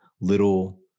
little